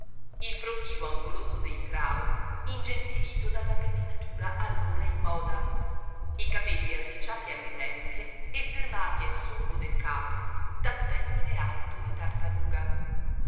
il profilo angoloso dei trao ingentilito dalla pettinatura allora in moda i capelli arricciati alle tempie e fermati a sommo del capo dal pettine alto di tartaruga